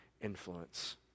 influence